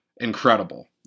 incredible